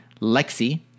Lexi